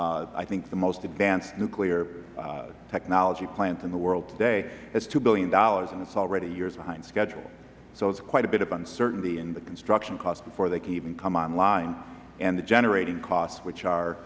i think the most advanced nuclear technology plant in the world today it's two dollars billion and it's already years behind schedule so it's quite a bit of uncertainty in the construction cost before they can even come online and the generating costs which are